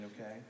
okay